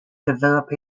develop